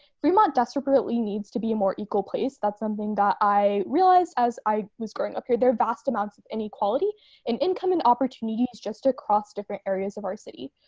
fremont desperately needs to be more equal place, that's something that i realized as i was growing up here. there are vast amounts of inequality and income and opportunities just across different areas of our city.